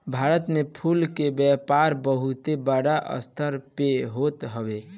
भारत में फूल के व्यापार बहुते बड़ स्तर पे होत हवे